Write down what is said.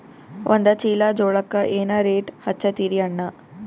ಒಂದ ಚೀಲಾ ಜೋಳಕ್ಕ ಏನ ರೇಟ್ ಹಚ್ಚತೀರಿ ಅಣ್ಣಾ?